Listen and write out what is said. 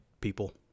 people